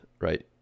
right